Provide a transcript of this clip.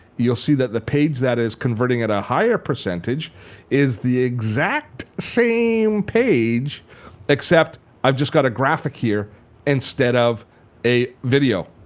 you'll see that the page that is converting at a higher percentage is the exact same page except i've just got a graphic here instead of a video.